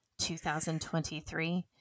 2023